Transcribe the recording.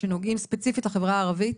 שנוגעים ספציפית לחברה הערבית,